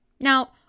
Now